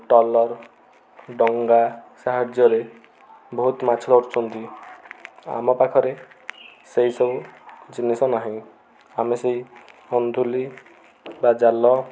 taller ଡଙ୍ଗା ସାହାଯ୍ୟରେ ବହୁତ ମାଛ ଧରୁଛନ୍ତି ଆମ ପାଖରେ ସେଇସବୁ ଜିନିଷ ନାହିଁ ଆମେ ସେଇ ଅନ୍ଧୁଲି ବା ଜାଲ